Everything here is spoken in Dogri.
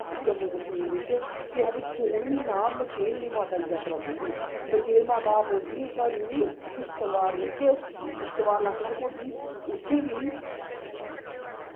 जम्मू कश्मीर बिच्च ते खाल्ली सौन म्हीना मचेल आह्ली माता दी जात्तरा खुलदी मचेल माता पौंदी साढ़ी किश्तवाड़ बिच्च किश्तवाड़ लाह्के च पौंदी उत्थै बी